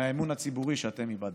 מהאמון הציבורי שאתם איבדתם.